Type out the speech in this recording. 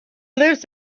lives